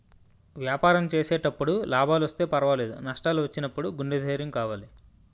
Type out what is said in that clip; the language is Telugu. వ్యాపారం చేసేటప్పుడు లాభాలొస్తే పర్వాలేదు, నష్టాలు వచ్చినప్పుడు గుండె ధైర్యం కావాలి